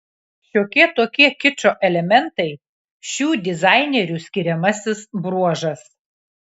šiokie tokie kičo elementai šių dizainerių skiriamasis bruožas